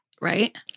right